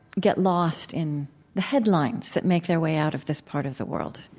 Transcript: get lost in the headlines that make their way out of this part of the world?